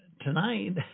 tonight